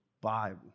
Bible